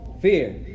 fear